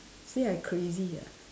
say I crazy ah